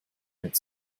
mit